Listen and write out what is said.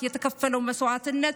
להעביר מדורות לדורות.